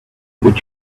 would